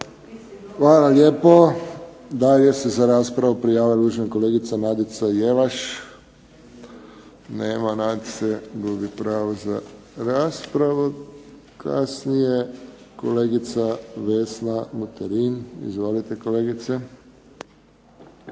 Hvala lijepo. Dalje se za raspravu prijavila uvažena kolegica Nadica Jelaš. Nema Nadice gubi pravo na raspravu. Kasnije kolegica Vesna Buterin. Izvolite kolegice.